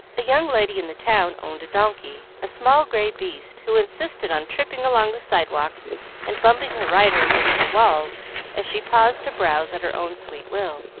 a young lady in the town owned a donkey, a small, gray beast, who insisted on tripping along the sidewalks and bumping her rider against the walls as she paused to browse at her own sweet will,